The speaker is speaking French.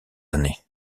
années